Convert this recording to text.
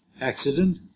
accident